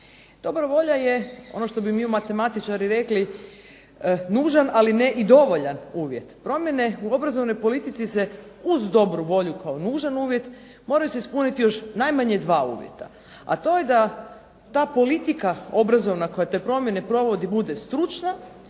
Dobra volja je ono što bi mi matematičari nužan, ali ne i dovoljan uvjet. Promjene u obrazovnoj politici se uz dobru volju kao nužan uvjet moraju se ispuniti još najmanje 2 uvjeta. A to je da ta politika obrazovna koja te promjene provodi bude stručna